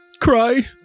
Cry